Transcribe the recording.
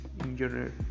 engineer